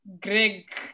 Greg